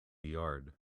yard